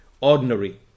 ordinary